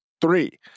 three